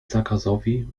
zakazowi